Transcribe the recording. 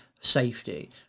safety